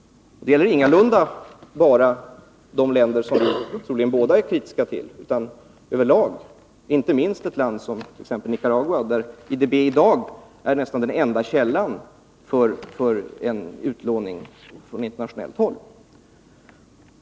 Det gäller ingalunda bara de länder som vi båda är kritiska mot utan över lag, inte minst ett land som Nicaragua, där IDB i dag är nästan den enda källan för utlåning från internationellt håll.